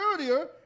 earlier